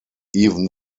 even